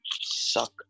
suck